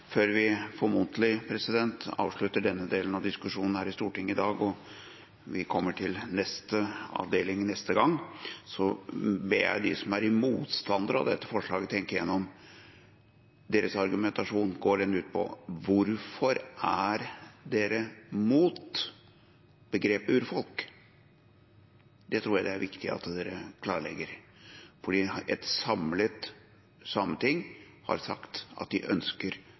før vi – formodentlig – avslutter denne delen av diskusjonen i Stortinget her i dag og kommer til neste avdeling, neste gang, ber jeg de som er motstandere av dette forslaget, tenke igjennom sin argumentasjon og hva den går ut på: Hvorfor er dere mot begrepet «urfolk»? Det tror jeg det er viktig at dere klarlegger, fordi et samlet sameting har sagt at de ønsker